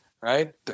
Right